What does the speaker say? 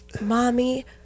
mommy